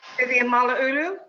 vivian malauulu.